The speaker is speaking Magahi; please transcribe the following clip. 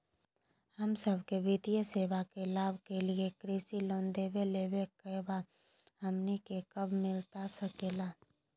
हम सबके वित्तीय सेवाएं के लाभ के लिए कृषि लोन देवे लेवे का बा, हमनी के कब मिलता सके ला?